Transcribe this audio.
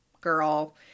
girl